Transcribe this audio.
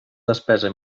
despesa